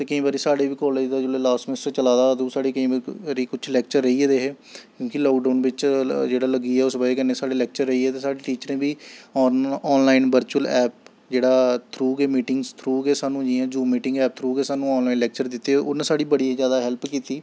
ते केईं बारी साढ़े बी कालज दा जेल्लै लास्ट समिस्टर चला दा हा अदूं साढ़े केईं कुछ लैक्चर रेही गेदे हे क्योंकि लाकडाउन बिच्च जेह्ड़ा लग्गी गेआ उस ब'जा कन्नै साढ़े लैक्चर रेही गे ते साढ़े टीचरें बी on online virtual app जेह्ड़ा थ्रू गै मीटिंग्स थ्रू गै सानूं जि'यां जूम मीटिंग ऐप थ्रू गै सानूं आन लाइन लैक्चर दित्ते उ'न्न साढ़ी बड़ी जैदा हैल्प कीती